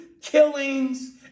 killings